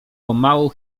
pomału